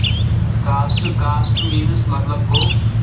cost caste means مطلب گوٚو